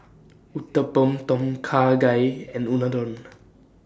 Uthapam Tom Kha Gai and Unadon